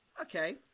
Okay